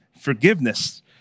forgiveness